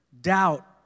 doubt